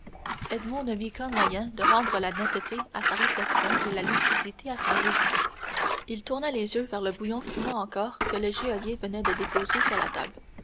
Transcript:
qu'un moyen de rendre la netteté à sa réflexion et la lucidité à son jugement il tourna les yeux vers le bouillon fumant encore que le geôlier venait de déposer sur la table